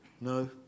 no